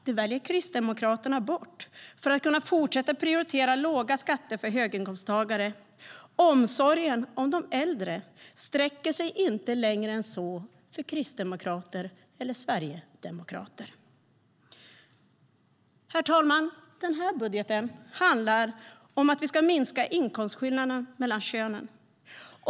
Det väljer Kristdemokraterna bort för att kunna fortsätta prioritera låga skatter för höginkomsttagare. Omsorgen om de äldre sträcker sig inte längre än så för kristdemokrater eller sverigedemokrater. Herr talman! Den här budgeten handlar om att vi ska minska inkomstskillnaderna mellan könen.